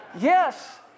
Yes